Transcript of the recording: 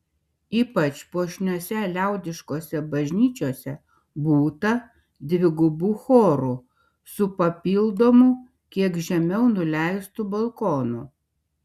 ypač puošniose liaudiškose bažnyčiose būta dvigubų chorų su papildomu kiek žemiau nuleistu balkonu